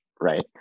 Right